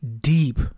deep